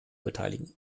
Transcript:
beteiligen